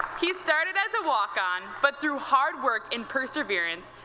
he started as a walk-on, but through hard work and perseverance,